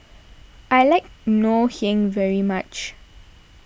I like Ngoh Hiang very much